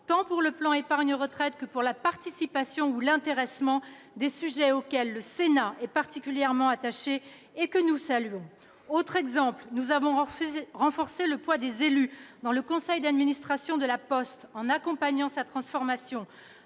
tant pour le plan épargne retraite que pour la participation ou l'intéressement, des sujets auxquels le Sénat est particulièrement attaché. Nous nous félicitons de ces dispositions. En outre, nous avons renforcé le poids des élus dans le conseil d'administration de La Poste, en accompagnant sa transformation.